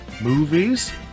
movies